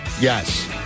Yes